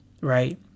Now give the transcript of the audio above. Right